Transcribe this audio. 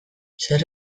zer